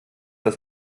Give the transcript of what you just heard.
das